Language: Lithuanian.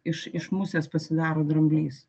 iš iš musės pasidaro dramblys